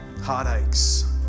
heartaches